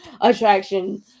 attraction